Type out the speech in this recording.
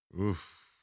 Oof